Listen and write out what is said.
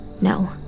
No